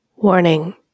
Warning